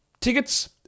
tickets